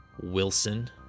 Wilson